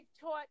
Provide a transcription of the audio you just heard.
taught